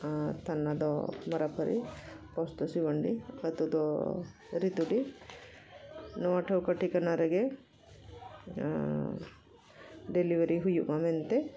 ᱟᱨ ᱛᱷᱟᱱᱟ ᱫᱚ ᱢᱟᱨᱟᱯᱷᱟᱨᱤ ᱯᱳᱥᱴ ᱫᱚ ᱥᱤᱵᱚᱱᱰᱤ ᱟᱹᱛᱩ ᱫᱚ ᱨᱤᱛᱩᱰᱤ ᱱᱚᱣᱟ ᱴᱷᱟᱹᱣᱠᱟᱹ ᱴᱷᱤᱠᱟᱹᱱᱟ ᱨᱮᱜᱮ ᱰᱮᱞᱤᱵᱷᱟᱨᱤ ᱦᱩᱭᱩᱜ ᱢᱟ ᱢᱮᱱᱛᱮ